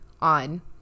on